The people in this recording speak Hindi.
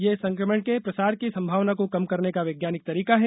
ये संक्रमण के प्रसार की संभावना को कम करने का वैज्ञानिक तरीका है